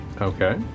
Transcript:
Okay